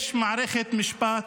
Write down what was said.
יש מערכת משפט,